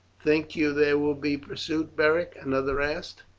think you there will be pursuit, beric? another asked.